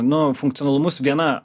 nu funkcionalumus viena